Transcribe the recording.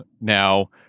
now